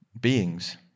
beings